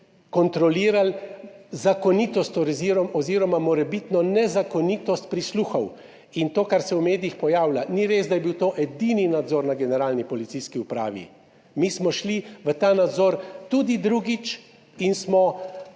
kontrolirali zakonitost oziroma morebitno nezakonitost prisluhov, in to, kar se v medijih pojavlja, ni res, da je bil to edini nadzor na Generalni policijski upravi, mi smo šli v ta nadzor tudi drugič in smo